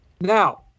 Now